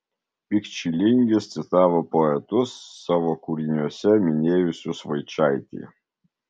pikčilingis citavo poetus savo kūriniuose minėjusius vaičaitį